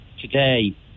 today